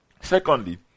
secondly